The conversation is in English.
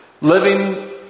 Living